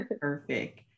perfect